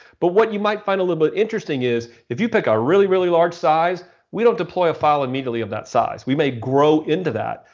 but what you might find a little bit interesting is, if you pick a really really large size, we don't file immediately of that size, we may grow into that.